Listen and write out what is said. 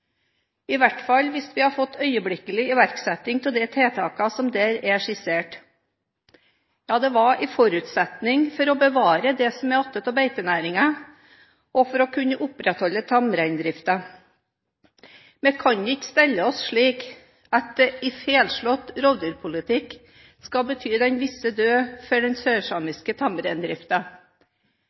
i hvert fall hvis vi hadde fått øyeblikkelig iverksetting av de tiltakene som der er skissert. Ja, det var en forutsetning for å bevare det som er igjen av beitenæringen, og for å kunne opprettholde tamreindriften. Vi kan ikke stelle oss slik at en feilslått rovdyrpolitikk skal bety den visse død for den sørsamiske